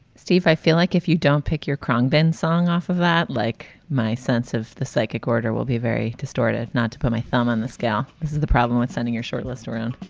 steve, i feel like if you don't pick your krung ben song off of that, like, my sense of the psychic order will be very distorted not to put my thumb on the scale. this is the problem with sending your short list around